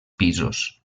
pisos